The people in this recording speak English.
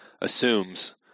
assumes